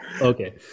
Okay